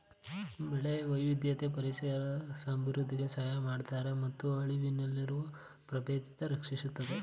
ಬೆಳೆ ವೈವಿಧ್ಯತೆ ಪರಿಸರ ಅಭಿವೃದ್ಧಿಗೆ ಸಹಾಯ ಮಾಡ್ತದೆ ಮತ್ತು ಅಳಿವಿನಲ್ಲಿರೊ ಪ್ರಭೇದನ ರಕ್ಷಿಸುತ್ತೆ